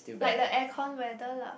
like the aircon weather lah